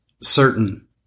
certain